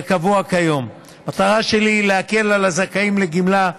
כקבוע כיום, המטרה שלי היא להקל על הזכאים לגמלה.